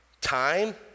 Time